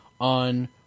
on